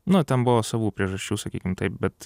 nu ten buvo savų priežasčių sakykim taip bet